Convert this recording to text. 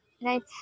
right